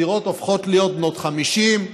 הדירות הופכות להיות בנות 50,